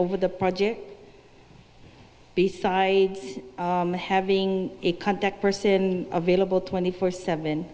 over the project besides having a contact person available twenty four seven